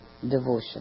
devotion